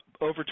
over